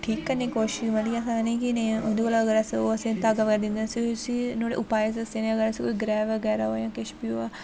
ठीक करने दी कोशश मतलब आखी सकने कि नेईं उं'दे कोला अगर अस धागा बगैरा दिंदे न अस उसी नुहाड़े उपाय दस्से न असें गी कोई ग्रैह् बगैरा होऐ जां किश बी होऐ